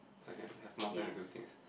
so I can have more time to do things